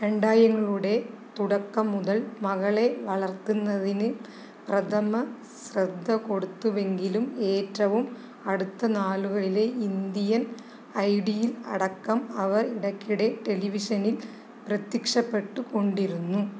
രണ്ടായിരങ്ങളുടെ തുടക്കം മുതൽ മകളെ വളർത്തുന്നതിന് പ്രഥമ ശ്രദ്ധ കൊടുത്തുവെങ്കിലും ഏറ്റവും അടുത്ത നാളുകളിലെ ഇന്ത്യൻ ഐഡീൽ അടക്കം അവർ ഇടയ്ക്കിടെ ടെലിവിഷനിൽ പ്രത്യക്ഷപ്പെട്ട് കൊണ്ടിരുന്നു